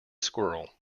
squirrel